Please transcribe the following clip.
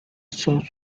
source